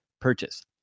purchase